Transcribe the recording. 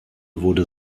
wurde